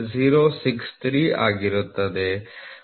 08063 ಆಗಿರುತ್ತದೆ